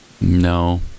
No